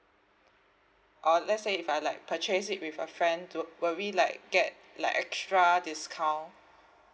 or let's say if I like purchase it with a friend do will we like get like extra discount